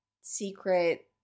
secret